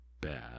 bad